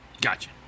Gotcha